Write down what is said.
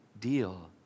deal